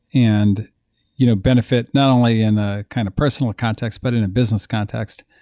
and you know benefit not only in a kind of personal context, but in a business context.